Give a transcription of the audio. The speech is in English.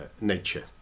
nature